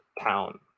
town